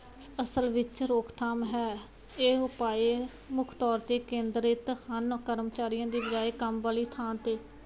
ਅਸਲ ਵਿੱਚ ਰੋਕਥਾਮ ਹੈ ਇਹ ਉਪਾਅ ਮੁੱਖ ਤੌਰ 'ਤੇ ਕੇਂਦਰਿਤ ਹਨ ਕਰਮਚਾਰੀਆਂ ਦੀ ਬਜਾਇ ਕੰਮ ਵਾਲੀ ਥਾਂ 'ਤੇ